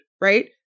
Right